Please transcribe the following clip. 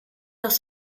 dans